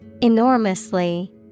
Enormously